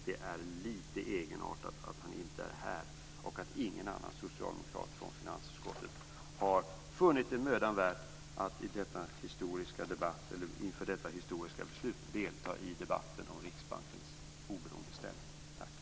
Det är litet egenartat att han inte är här och att ingen annan socialdemokrat från finansutskottet har funnit det mödan värt att inför detta historiska beslut delta i debatten om Riksbankens oberoende ställning. Tack!